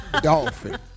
dolphin